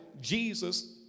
Jesus